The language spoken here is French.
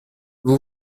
vous